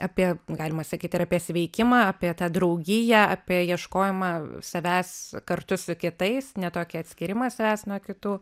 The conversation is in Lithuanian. apie galima sakyt ir apie sveikimą apie tą draugiją apie ieškojimą savęs kartu su kitais ne tokį atskyrimą savęs nuo kitų